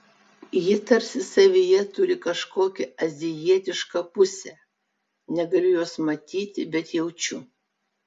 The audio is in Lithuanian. ji tarsi savyje turi kažkokią azijietišką pusę negaliu jos matyti bet jaučiu